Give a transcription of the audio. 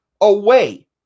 away